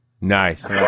Nice